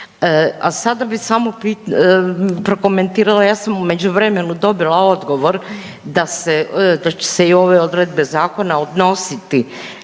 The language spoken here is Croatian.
A sada bih samo prokomentirala, ja sam u međuvremenu dobila odgovor da se, da će se i ove odredbe zakona odnositi